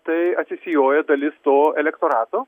tai atsisijoja dalis to elektorato